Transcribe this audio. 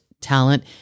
talent